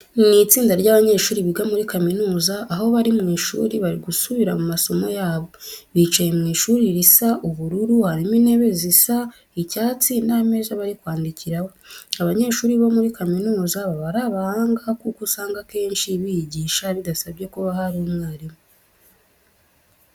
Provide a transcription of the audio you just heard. Ni itsinda ry'abanyeshuri biga muri kaminuza, aho bari mu ishuri bari gusubira mu masomo yabo. Bicaye mu ishuri risa ubururu, harimo intebe zisa icyatsi n'ameza bari kwandikiraho. Abanyeshuri bo muri kaminuza baba ari abahanga kuko usanga akenshi biyigisha bidasabye ko haba hari umwarimu.